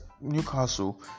Newcastle